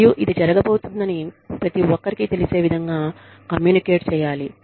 మరియు ఇది జరుగుతోందని ప్రతి ఒక్కరికి తెలిసే విధంగా కమ్యూనికేట్ చేయాలి